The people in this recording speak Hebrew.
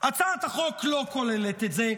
הצעת החוק לא כוללת את זה,